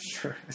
sure